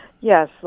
Yes